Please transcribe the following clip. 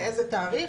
באיזה תאריך?